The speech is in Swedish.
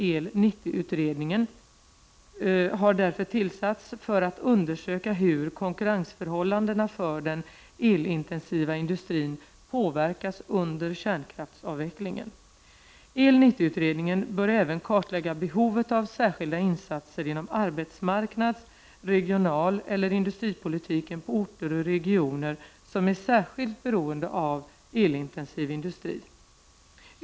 EL 90-utredningen, har därför tillsatts för att undersöka hur konkurrensförhållandena för den elintensiva industrin påverkas under kärnkraftsavvecklingen. EL 90-utredningen bör även kartlägga beho vet av särskilda insatser inom arbetsmarknads-, regionaleller industripolitiken på orter och i regioner som är särskilt beroende av elintensiv industri.